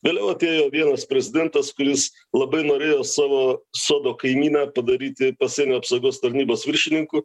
vėliau atėjo vienas prezidentas kuris labai norėjo savo sodo kaimyną padaryti pasienio apsaugos tarnybos viršininku